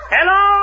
Hello